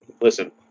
Listen